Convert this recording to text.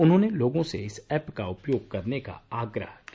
उन्होंने लोगों से इस ऐप का उपयोग करने का आग्रह किया